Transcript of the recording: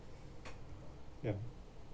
ya